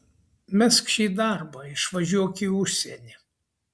mesk šį darbą išvažiuok į užsienį